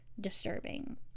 disturbing